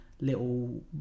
little